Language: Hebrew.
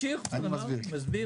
תסביר.